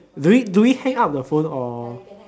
do we do we hang up the phone or